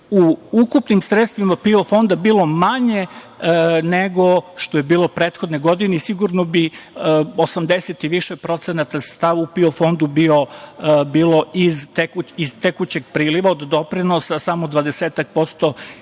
ukupnim sredstvima PIO fonda bilo bi manje nego što je prethodne godine i sigurno bi 80 i više procenata sredstava u PIO fondu bilo iz tekućeg priliva, od doprinosa, a samo 20%